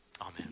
Amen